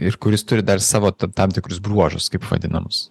ir kuris turi dar savo tam tikrus bruožus taip vadinamus